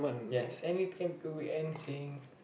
yes anything could be anything